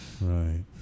right